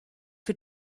für